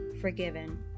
forgiven